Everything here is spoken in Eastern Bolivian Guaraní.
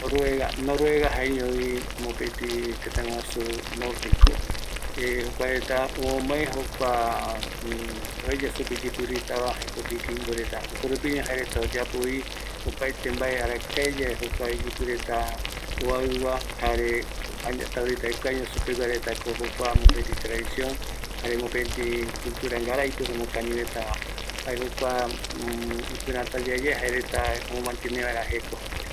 Noruega pegua reta, kua reta jae jeko, jaeko äpo oyerovia reta, jare äpo ñoguɨnoi yae ikatu rupi, aire libre jei supe, jaeretako.. jaeretako vikingo, vikinga jei supe retava, jaereta oyembo arete payandepo siu, mayope, jaereta oporomboete, jare mavi guɨnoi reta mboromboete medio ambientere, jae jokua jaereta guɨnoiva